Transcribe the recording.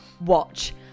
Watch